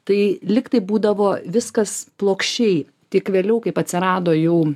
tai lyg tai būdavo viskas plokščiai tik vėliau kaip atsirado jau